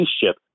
spaceship